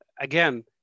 Again